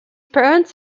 parents